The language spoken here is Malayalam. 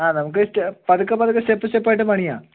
ആ നമുക്ക് പതുക്കെ പതുക്കെ സ്റ്റെപ്പ് സ്റ്റെപ്പായിട്ട് പണിയാം